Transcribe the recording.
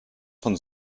von